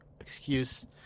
excuse